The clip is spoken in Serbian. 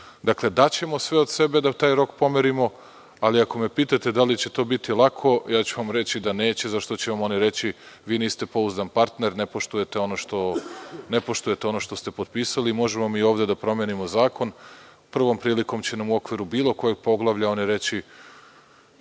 Dakle, daćemo sve od sebe da taj rok pomerimo, ali ako me pitate da li će to biti lako, reći ću vam da neće zato što će vam oni reći – niste pouzdan partner, ne poštujete ono što ste potpisali. Možemo da promenimo zakon i prvom prilikom će nam u okviru bilo kog poglavlja reći